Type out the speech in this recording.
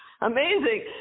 Amazing